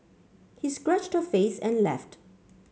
he scratched her face and left